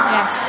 Yes